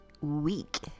week